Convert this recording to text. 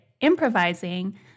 improvising